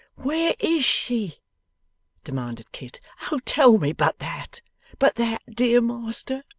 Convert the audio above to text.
where is she demanded kit. oh tell me but that but that, dear master